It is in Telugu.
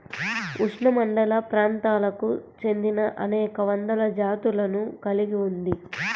ఉష్ణమండలప్రాంతాలకు చెందినఅనేక వందల జాతులను కలిగి ఉంది